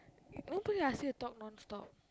nobody ask you to talk non stop